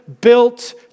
built